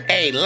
Hey